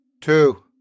Two